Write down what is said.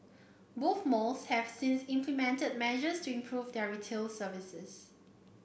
both malls have since implemented measures to improve their retail service